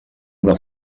una